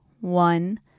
One